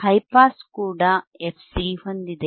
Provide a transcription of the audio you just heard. high pass ಕೂಡ FC ಹೊಂದಿದೆ